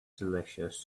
delicious